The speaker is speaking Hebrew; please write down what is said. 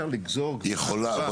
זה לא הוגן